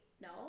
no